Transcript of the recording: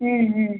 ಹ್ಞೂ ಹ್ಞೂ